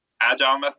agile